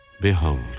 Behold